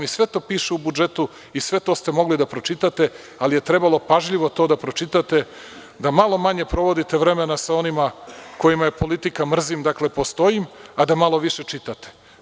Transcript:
Sve to piše u budžetu i sve to ste mogli da pročitate, ali je trebalo pažljivo to da pročitate, da malo manje provodite vremena sa onima kojima je politika – mrzim, dakle, postojim, a da malo više čitate.